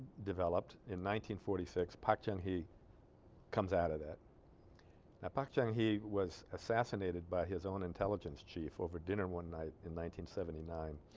developed in nineteen forty-six park chung hee comes out of that that park chung hee was assassinated by his own intelligence chief over dinner one night in nineteen seventy nine